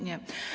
Nie.